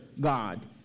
God